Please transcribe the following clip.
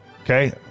Okay